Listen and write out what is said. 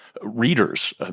readers